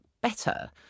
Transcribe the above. better